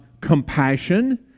compassion